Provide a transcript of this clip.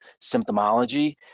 symptomology